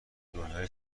دنیای